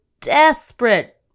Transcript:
desperate